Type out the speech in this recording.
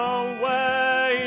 away